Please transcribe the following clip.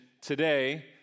today